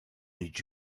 did